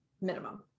minimum